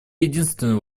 единственный